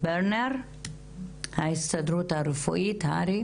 ברנר מהר"י